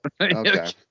Okay